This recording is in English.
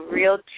real